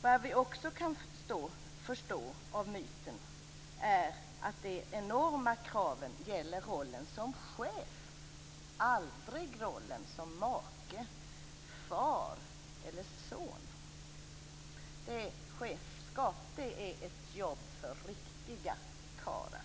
Vad vi också kan förstå av myten är att de enorma kraven gäller rollen som chef - aldrig rollen som make, far eller son. Chefskap, det är ett jobb för riktiga karlar!